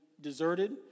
deserted